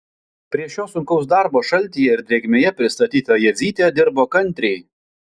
prie šio sunkaus darbo šaltyje ir drėgmėje pristatyta jadzytė dirbo kantriai